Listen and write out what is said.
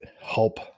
help